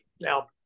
Now